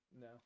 No